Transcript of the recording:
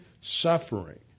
suffering